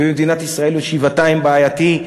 במדינת ישראל זה שבעתיים בעייתי,